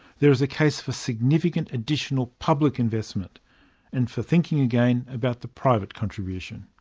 there is a case for significant additional public investment and for thinking again about the private contribution.